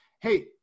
hey